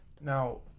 Now